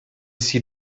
see